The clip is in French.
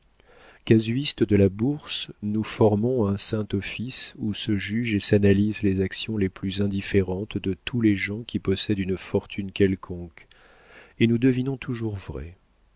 casuistes de la bourse nous formons un saint office où se jugent et s'analysent les actions les plus indifférentes de tous les gens qui possèdent une fortune quelconque et nous devinons toujours vrai